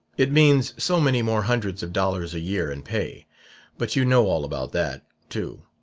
it means so many more hundreds of dollars a year in pay but you know all about that, too.